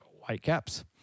Whitecaps